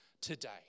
today